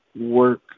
work